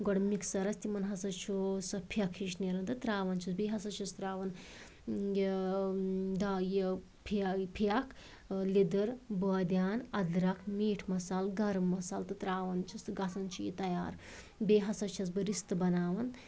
گۄڈٕ مِکسَرَس تِمَن ہسا چھُ سۄ پھٮ۪کھ ہِش نٮ۪ران تہٕ تراوان چھِس بیٚیہِ ہسا چھِ تراوان یہِ دا یہِ فےٚ پھٮ۪کھ لٮ۪دٕر بٲدِیان اَدرَک میٖٹ مصالہٕ گرم مصالہ تہٕ تراوان چھِس تہٕ گژھان چھِ یہِ تیار بیٚیہِ ہسا چھَس بہٕ رِستہٕ بناوان